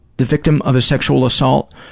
the victim of a sexual assault,